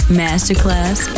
masterclass